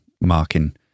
marking